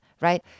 right